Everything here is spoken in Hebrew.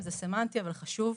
זה סמנטי אבל חשוב.